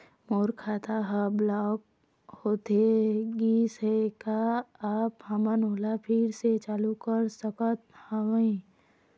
मोर खाता हर ब्लॉक होथे गिस हे, का आप हमन ओला फिर से चालू कर सकत हावे?